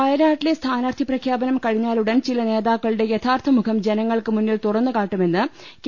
വയനാട്ടിലെ സ്ഥാനാർത്ഥി പ്രഖ്യാപനം കഴിഞ്ഞാലുടൻ ചില നേതാക്കളുടെ യഥാർത്ഥ മുഖം ജനങ്ങൾക്ക് മുന്നിൽ തുറന്നുകാ ട്ടുമെന്ന് കെ